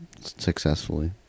Successfully